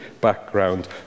background